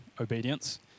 obedience